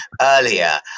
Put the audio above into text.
earlier